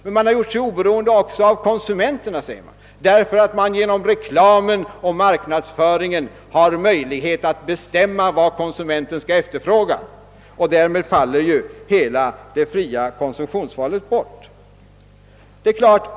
Men man har gjort sig oberoende också av konsumenterna, säger dessa debattörer, därför att man genom reklamen och marknadsföringen har möjlighet att bestämma vad konsumenten skall efterfråga, och därmed faller ju hela det fria konsumtionsvalet bort.